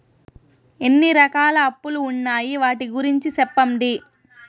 ఎన్ని రకాల అప్పులు ఉన్నాయి? వాటి గురించి సెప్పండి?